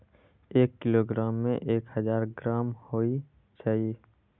एक किलोग्राम में एक हजार ग्राम होई छई